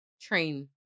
train